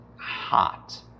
hot